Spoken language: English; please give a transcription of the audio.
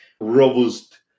robust